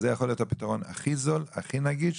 זה יכול להיות הפתרון הכי זול, הכי נגיש,